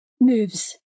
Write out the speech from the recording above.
moves